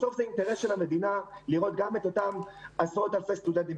בסוף זה אינטרס של המדינה לראות גם את אותם עשרות אלפי סטודנטים,